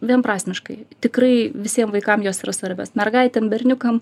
vienprasmiškai tikrai visiem vaikam jos yra svarbios mergaitėm berniukam